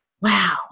wow